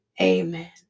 amen